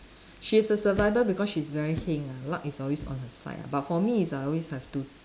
she is a survivor because she's very heng ah luck is always on her side ah but for me is I always have to